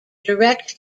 direct